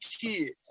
kid